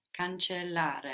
Cancellare